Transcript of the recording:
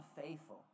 faithful